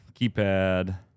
keypad